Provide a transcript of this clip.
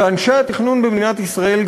ואנשי התכנון במדינת ישראל,